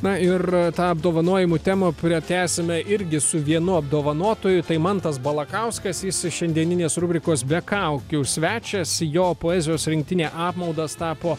na ir tą apdovanojimų temą kurią tęsime irgi su vienu apdovanotųjų tai mantas balakauskas jis šiandieninės rubrikos be kaukių svečias jo poezijos rinktinė apmaudas tapo